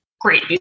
great